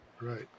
Right